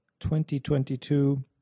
2022